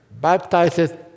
baptized